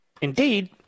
Indeed